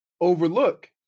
overlook